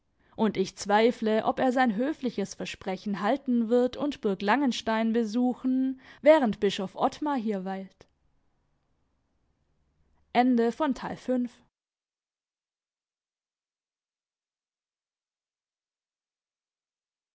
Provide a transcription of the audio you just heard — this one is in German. und ich zweifle ob er sein höfliches versprechen halten wird und burg langenstein besuchen während bischof ottmar hier weilt